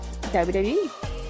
WWE